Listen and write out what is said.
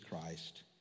Christ